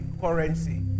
currency